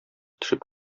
төшеп